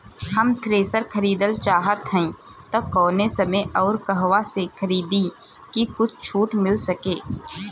हम थ्रेसर खरीदल चाहत हइं त कवने समय अउर कहवा से खरीदी की कुछ छूट मिल सके?